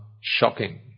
shocking